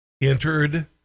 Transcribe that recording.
entered